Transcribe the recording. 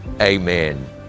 amen